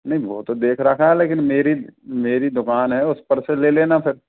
नहीं वो तो देख रखा है लेकिन मेरी मेरी दुकान है उस पर से लेना फिर